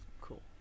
Cool